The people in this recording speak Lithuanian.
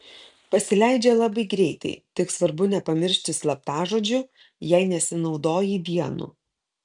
pasileidžia labai greitai tik svarbu nepamiršti slaptažodžių jei nesinaudoji vienu